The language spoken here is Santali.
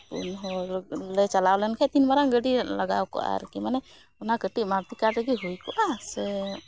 ᱯᱩᱱ ᱦᱚᱲ ᱞᱮ ᱪᱟᱞᱟᱣ ᱞᱮᱱᱠᱷᱟᱡ ᱛᱤᱱ ᱢᱟᱨᱟᱝ ᱜᱟᱹᱰᱤ ᱞᱟᱜᱟᱣ ᱠᱚᱜᱼᱟ ᱢᱟᱱᱮ ᱚᱱᱟ ᱠᱟᱹᱴᱤᱡ ᱢᱟᱨᱚᱛᱤ ᱠᱟᱨ ᱨᱮᱜᱮ ᱦᱩᱭ ᱠᱚᱜᱼᱟ ᱥᱮ